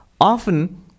Often